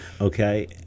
Okay